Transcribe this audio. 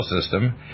system